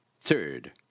Third